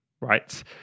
right